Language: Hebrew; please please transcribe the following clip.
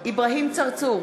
אברהים צרצור,